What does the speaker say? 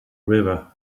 river